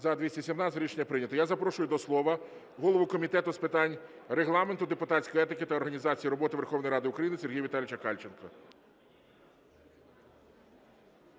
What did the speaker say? За-217 Рішення прийнято. Я запрошую до слова голову Комітету з питань Регламенту, депутатської етики та організації роботи Верховної Ради України Сергія Віталійовича Кальченка.